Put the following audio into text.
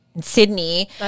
Sydney